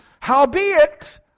Howbeit